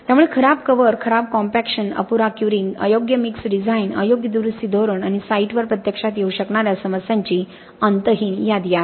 त्यामुळे खराब कव्हर खराब कॉम्पॅक्शन अपुरा क्युरिंग अयोग्य मिक्स डिझाइन अयोग्य दुरुस्ती धोरण आणि साइटवर प्रत्यक्षात येऊ शकणार्या समस्यांची अंतहीन यादी आहे